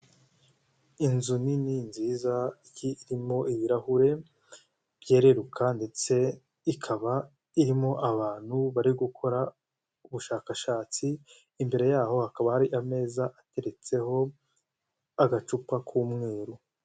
Inzu nini nziza irimo ibirahure byereruka ndetse ikaba irimo abantu bari gukora ubushakashatsi imbere yaho hakaba hari ameza ateretseho agacupa k'umweru.